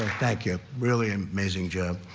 thank you. really amazing job.